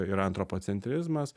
yra antropocentrizmas